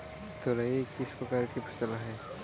तोरई किस प्रकार की फसल है?